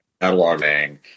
cataloging